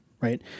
right